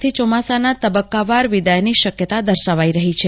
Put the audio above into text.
થી ચોમસાાના તબક્કાવાર વિદાયની શક્યતા દર્શાવાઈ રહી છે